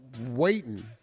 waiting